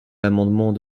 l’amendement